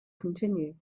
continue